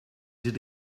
did